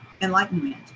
enlightenment